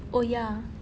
oh ya ah